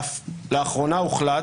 ואף לאחרונה הוחלט,